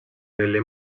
nelle